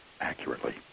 accurately